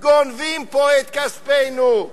גונבים פה את כספנו.